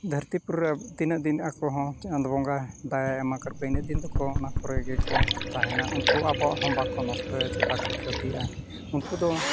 ᱫᱷᱟᱹᱨᱛᱤ ᱯᱩᱨᱤ ᱨᱮ ᱛᱤᱱᱟᱹᱜ ᱫᱤᱱ ᱟᱠᱚ ᱦᱚᱸ ᱪᱟᱸᱫᱚ ᱵᱚᱸᱜᱟ ᱫᱟᱭᱟᱭ ᱮᱢ ᱟᱠᱟᱫ ᱠᱚᱣᱟ ᱤᱱᱟᱹᱜ ᱫᱤᱱ ᱫᱚᱠᱚ ᱚᱱᱟ ᱠᱚᱨᱮᱫ ᱜᱮᱠᱚ ᱛᱟᱦᱮᱱᱟ ᱩᱱᱠᱩ ᱟᱵᱚᱣᱟᱜ ᱦᱚᱸ ᱵᱟᱠᱚ ᱱᱚᱥᱴᱚᱭᱟ ᱥᱮ ᱵᱟᱠᱚ ᱠᱷᱚᱛᱤᱭᱟ ᱩᱱᱠᱩ ᱫᱚ